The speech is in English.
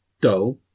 dull